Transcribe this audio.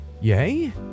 Yay